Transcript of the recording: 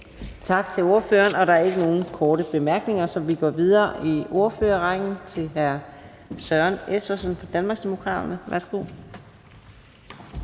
Tak til ordføreren. Der er ikke nogen korte bemærkninger, så vi går videre i ordførerrækken til fru Lise Bech fra Danmarksdemokraterne. Værsgo.